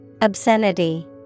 Obscenity